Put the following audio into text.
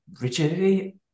rigidity